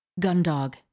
Gundog